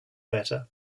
better